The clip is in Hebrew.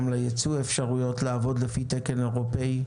לייצוא אפשרויות לעבוד לפי תקן אירופאי.